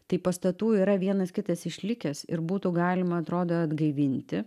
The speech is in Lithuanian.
tai pastatų yra vienas kitas išlikęs ir būtų galima atrodo atgaivinti